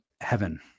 Heaven